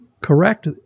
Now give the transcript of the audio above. correct